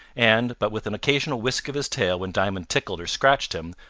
and, but with an occasional whisk of his tail when diamond tickled or scratched him,